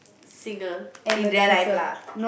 singer in their life lah